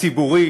הציבורי,